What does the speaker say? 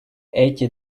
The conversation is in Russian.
эти